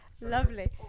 Lovely